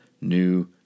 new